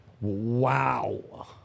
Wow